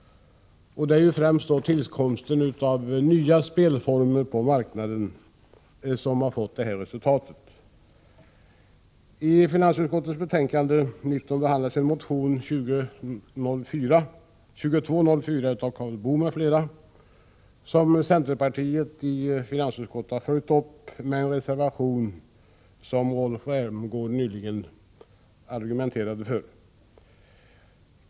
Det är främst tillkomsten av nya spelformer på marknaden som givit detta resultat. I finansutskottets betänkande 19 behandlas motion 2204 av Karl Boo m.fl., som centerpartiet i finansutskottet har följt upp med den reservation som Rolf Rämgård just argumenterat för.